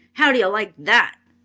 how do you like that?